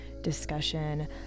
discussion